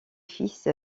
fils